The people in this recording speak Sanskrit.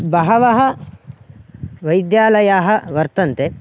बहवः वैद्यालयाः वर्तन्ते